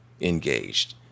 engaged